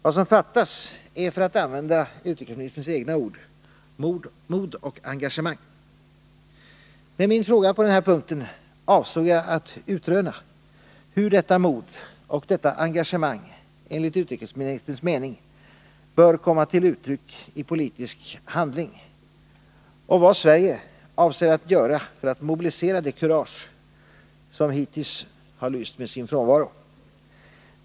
Vad som fattas är, för att använda utrikesministerns egna ord, ”mod och engagemang”. Med min fråga på den här punkten avsåg jag att utröna hur detta ”mod” och detta ”engagemang” enligt utrikesministerns mening bör komma till uttryck i politisk handling och vad Sverige avser att göra för att mobilisera det kurage som hittills har lyst med sin frånvaro.